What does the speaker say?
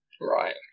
Right